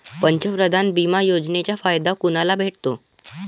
पंतप्रधान बिमा योजनेचा फायदा कुनाले भेटतो?